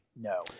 no